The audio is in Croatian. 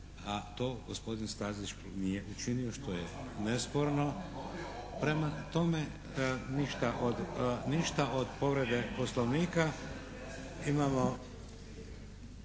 a to gospodin Stazić nije učinio što je nesporno. Prema tome ništa od povrede Poslovnika. Imamo